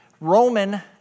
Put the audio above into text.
Roman